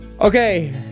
okay